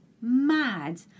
mad